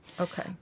Okay